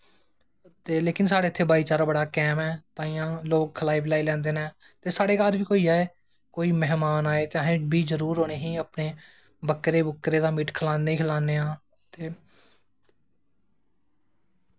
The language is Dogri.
लेकिन साढ़े इत्थें भाईचार बड़ा कायम ऐ तांइयैं इत्थें लोग खलाई पलैई लैंदे नै ते साढ़े घऱ बी कोई आए कोई मैह्मान आए ते अस बी जरूर उनेंगी अपनें बकरे बुकरे दा मीट खलानें आँ ते